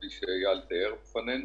כפי שאייל תיאר בפנינו.